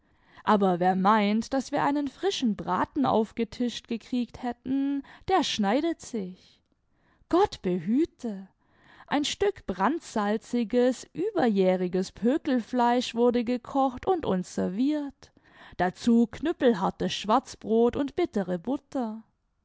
aber wer meint daß wir einen frischen braten aufgetischt gekriegt hätten der schneidet sich gott behte ein stück brandsalziges überjähriges pökelfleisch wurde gekocht und uns serviert dazu knüppelhartes schwarzibrot und bittere butter